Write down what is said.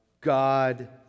God